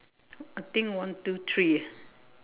I think one two three ah